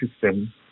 system